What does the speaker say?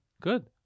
good